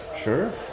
Sure